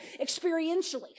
experientially